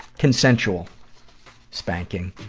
consensual spanking.